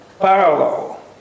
parallel